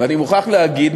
ואני מוכרח להגיד,